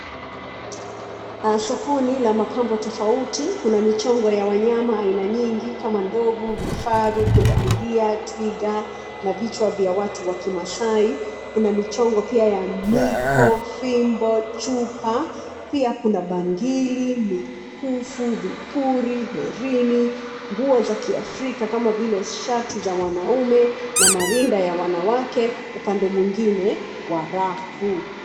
Sokoni la mapambo tofauti kuna michongo ya wanyama aina nyingi kama: ndovu, vifaru, pundamilia, twiga na vichwa vya watu wa Kimaasai. Kuna michongo pia ya: miiko, fimbo, chupa pia, kuna: bangili, mikufu, vipuri, herini, nguo za Kiafrika kama vile shati za wanaume na marinda ya wanawake, upande mwingine, wa rafu.